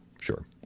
sure